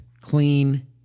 clean